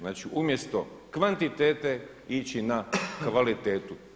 Znači umjesto kvantitete ići na kvalitetu.